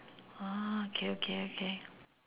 orh okay okay okay